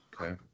Okay